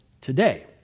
today